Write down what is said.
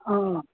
অঁ